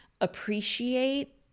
appreciate